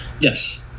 Yes